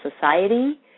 society